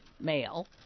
male